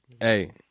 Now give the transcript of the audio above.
Hey